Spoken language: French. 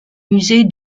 musée